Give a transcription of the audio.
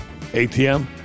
ATM